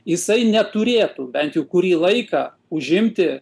jisai neturėtų bent kurį laiką užimti